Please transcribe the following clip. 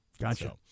Gotcha